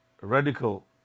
radical